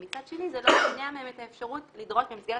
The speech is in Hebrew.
ומצד שני זה לא מונע מהם את האפשרות לדרוש במסגרת